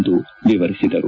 ಎಂದು ವಿವರಿಸಿದರು